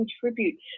contribute